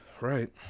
Right